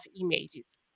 images